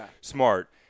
smart